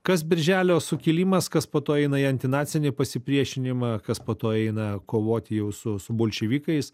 kas birželio sukilimas kas po to eina į antinacinį pasipriešinimą kas po to eina kovoti jau su su bolševikais